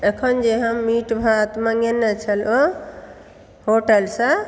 अखन जे हम मीट भात मँगेने छलहुँ होटलसँ